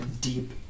deep